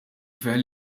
gvern